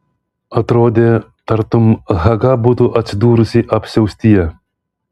atrodė tartum haga būtų atsidūrusi apsiaustyje